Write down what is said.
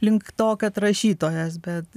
link to kad rašytojas bet